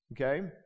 okay